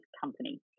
company